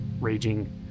raging